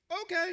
okay